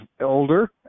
older